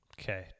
Okay